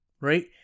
right